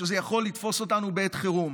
שזה יכול לתפוס אותנו בעת חירום.